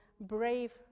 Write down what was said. brave